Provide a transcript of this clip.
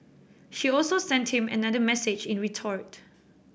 she also sent him another message in retort